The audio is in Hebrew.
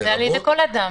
ועל ידי כל אדם.